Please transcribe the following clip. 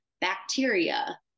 bacteria